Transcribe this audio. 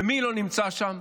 ומי לא נמצא שם?